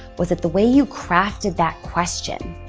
was it the way you crafted that question?